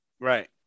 Right